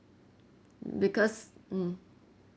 because mm